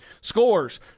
Scores